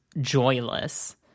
joyless